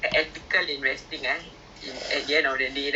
people or other muslims they will still invest in